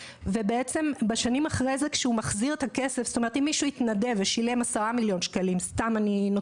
אם מישהו התנדב ושילם כ-10 מיליון ₪,